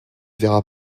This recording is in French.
verra